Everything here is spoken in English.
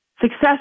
success